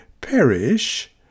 perish